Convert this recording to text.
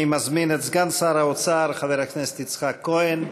אני מזמין את סגן שר האוצר חבר הכנסת יצחק כהן,